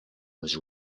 was